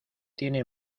tiene